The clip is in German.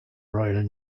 royal